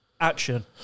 action